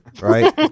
right